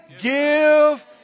give